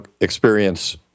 experience